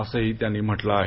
असंही त्यांनी म्हटलं आहे